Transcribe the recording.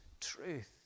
truth